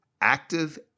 active